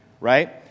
right